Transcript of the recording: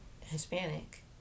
Hispanic